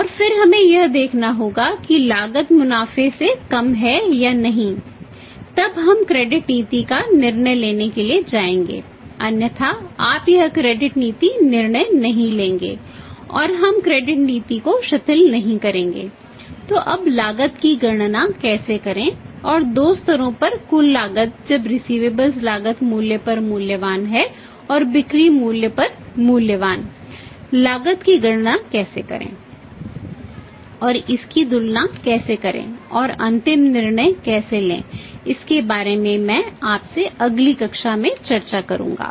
और फिर हमें यह देखना होगा कि लागत मुनाफे से कम है या नहीं तब हम क्रेडिट लागत मूल्य पर मूल्यवान हैं और बिक्री मूल्य पर मूल्यवान लागत की गणना कैसे करें और इसकी तुलना कैसे करें और अंतिम निर्णय कैसे लिया जाए इसके बारे में मैं आपसे अगली कक्षा में चर्चा करूंगा